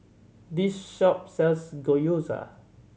this shop sells Gyoza